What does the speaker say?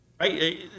Right